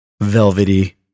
velvety